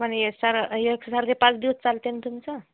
पण हे सारं हे एकसारखे पाच दिवस चालते ना तुमचं